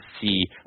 see